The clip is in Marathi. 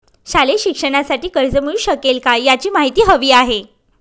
शालेय शिक्षणासाठी कर्ज मिळू शकेल काय? याची माहिती हवी आहे